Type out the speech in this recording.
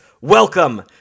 welcome